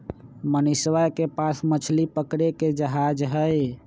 मनीषवा के पास मछली पकड़े के जहाज हई